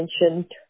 mentioned